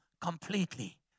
completely